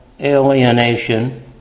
alienation